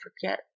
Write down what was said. forget